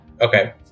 Okay